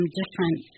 different